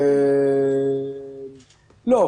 לא.